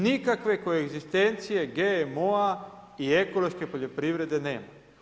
Nikakve koegzistencije GMO-a i ekološke poljoprivrede nema.